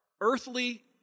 earthly